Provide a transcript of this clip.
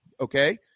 okay